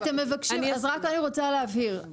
אז רק אני רוצה להבהיר.